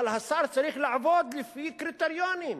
אבל השר צריך לעבוד לפי קריטריונים.